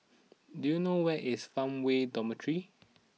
do you know where is Farmway Dormitory